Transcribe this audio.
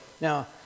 Now